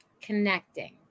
Connecting